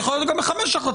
ויכול להיות גם בחמש החלטות,